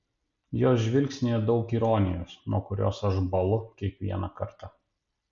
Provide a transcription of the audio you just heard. jos žvilgsnyje daug ironijos nuo kurios aš bąlu kiekvieną kartą